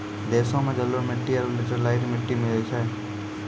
देशो मे जलोढ़ मट्टी आरु लेटेराइट मट्टी मिलै छै